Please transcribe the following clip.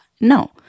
No